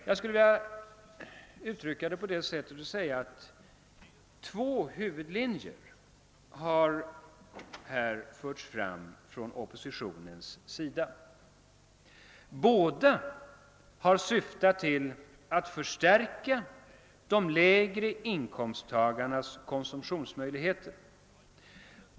Jag vill uttrycka det så, att två huvudlinjer har förts fram från oppositionens sida. Båda har syftat till att förstärka de lägre inkomsttagarnas konsumtionsmöjligheter.